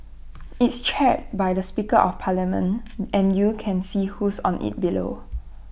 it's chaired by the speaker of parliament and you can see who's on IT below